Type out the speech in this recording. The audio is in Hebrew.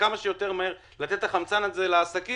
כמה שיותר מהר ולתת את החמצן הזה לעסקים,